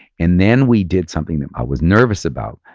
and then we did something that i was nervous about,